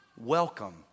Welcome